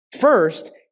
First